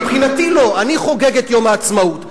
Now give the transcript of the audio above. מבחינתי לא, אני חוגג את יום העצמאות.